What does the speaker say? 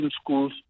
schools